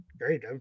great